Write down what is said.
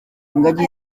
ingagi